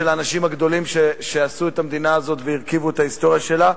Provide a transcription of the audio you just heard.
של האנשים הגדולים שעשו את המדינה הזאת והרכיבו את ההיסטוריה שלה.